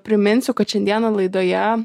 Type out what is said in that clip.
priminsiu kad šiandieną laidoje